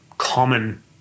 common